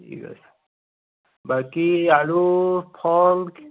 ঠিক আছে বাকী আৰু ফল